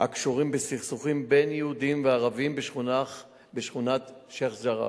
הקשורים בסכסוכים בין יהודים לערבים בשכונת שיח'-ג'ראח.